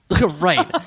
Right